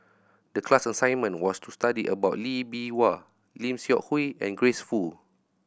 the class assignment was to study about Lee Bee Wah Lim Seok Hui and Grace Fu